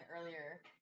earlier